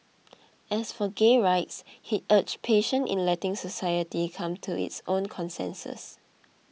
as for gay rights he urged patience in letting society come to its own consensus